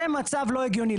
זה מצב לא הגיוני.